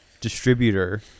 distributor